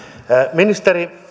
ministeri